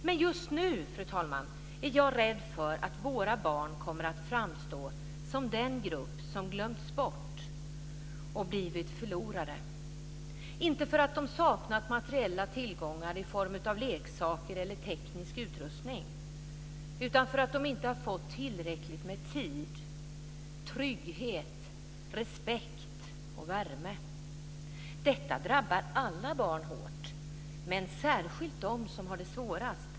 Men just nu, fru talman, är jag rädd för att våra barn kommer att framstå som den grupp som glömts bort och blivit förlorare - inte för att de saknat materiella tillgångar i form av leksaker eller teknisk utrustning utan för att de inte har fått tillräckligt med tid, trygghet, respekt och värme. Detta drabbar alla barn hårt, men särskilt dem som har det svårast.